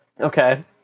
Okay